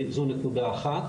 זו נקודה אחת.